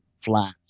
flat